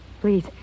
Please